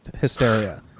hysteria